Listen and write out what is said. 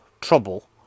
trouble